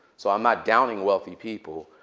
so i'm not downing wealthy people.